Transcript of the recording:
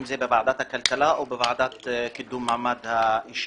אם זה בוועדת הכלכלה או בוועדת קידום מעמד האישה.